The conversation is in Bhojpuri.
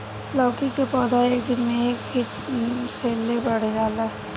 लैकी के पौधा एक दिन मे एक फिट ले बढ़ जाला